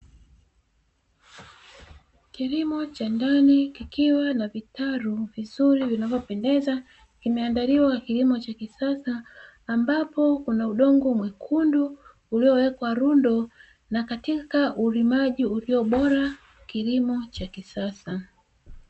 Kilimo cha ndani kikiwa na vitalu vizuri vinavyopendeza ,kimeandaliwa kwa kilimo cha kisasa, ambapo kuna udongo mwekundu uliowekwa lundo, na katika ulimaji uliobora kilimo cha kisasa.